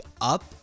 up